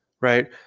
right